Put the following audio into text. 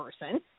person